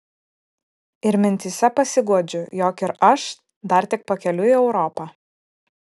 ir mintyse pasiguodžiu jog ir aš dar tik pakeliui į europą